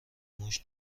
موش